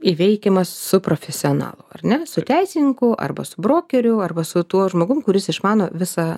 įveikiamas su profesionalu ar ne su teisininku arba su brokeriu arba su tuo žmogum kuris išmano visą